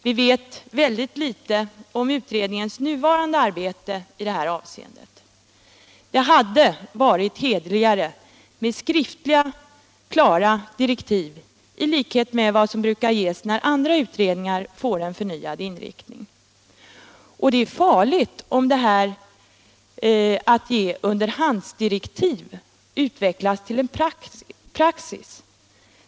Vi vet ytterst litet om utredningens nuvarande arbete i detta avseende. Det hade varit hederligare med skriftliga klara direktiv i likhet med vad som brukar ges när andra utredningar får en förnyad inriktning. Och det är farligt om detta att ge underhandsdirektiv utvecklas till en praxis.